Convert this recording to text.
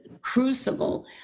Crucible